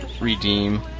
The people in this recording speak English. redeem